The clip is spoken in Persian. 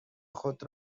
خود